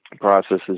processes